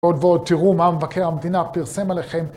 ועוד ועוד תראו מה המבקר המדינה פרסם עליכם.